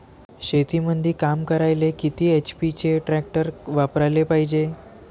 शेतीमंदी काम करायले किती एच.पी चे ट्रॅक्टर वापरायले पायजे?